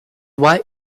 white